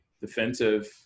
defensive